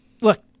look